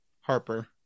harper